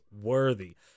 worthy